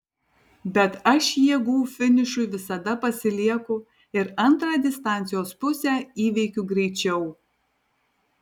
bet aš jėgų finišui visada pasilieku ir antrą distancijos pusę įveikiu greičiau